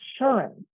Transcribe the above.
assurance